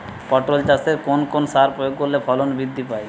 পটল চাষে কোন কোন সার প্রয়োগ করলে ফলন বৃদ্ধি পায়?